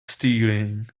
stealing